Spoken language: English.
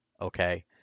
Okay